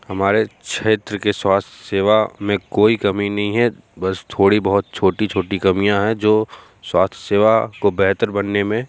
हमारे क्षेत्र की स्वास्थ्य सेवा में कोई कमी नहीं है बस थोड़ी बहुत छोटी छोटी कमियाँ है जो स्वास्थ्य सेवा को बेहतर बनने में